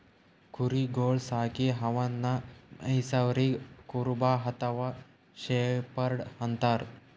ಕುರಿಗೊಳ್ ಸಾಕಿ ಅವನ್ನಾ ಮೆಯ್ಸವರಿಗ್ ಕುರುಬ ಅಥವಾ ಶೆಫರ್ಡ್ ಅಂತಾರ್